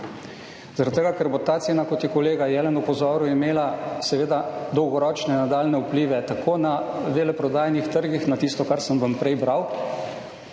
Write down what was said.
Zaradi tega, ker bo ta cena, kot je kolega Jelen opozoril, imela seveda dolgoročne nadaljnje vplive tako na veleprodajnih trgih na tisto, kar sem vam prej bral,